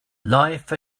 life